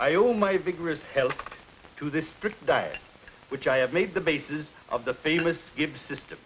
i owe my vigorous health to this diet which i have made the bases of the famous gives system